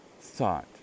thought